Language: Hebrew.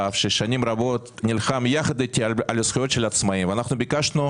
יש להן שיח על הדברים של החיים עצמם.